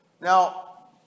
Now